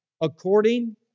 according